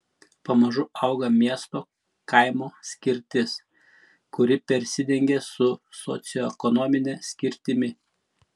pamažu auga miesto kaimo skirtis kuri persidengia su socioekonomine skirtimi